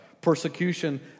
Persecution